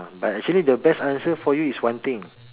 but actually the best answer for you is one thing